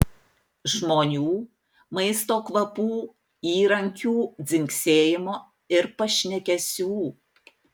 žmonių maisto kvapų įrankių dzingsėjimo ir pašnekesių